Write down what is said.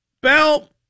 Bell